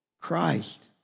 Christ